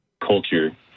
Culture